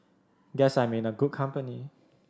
guess I'm in a good company